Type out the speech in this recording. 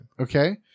Okay